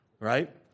Right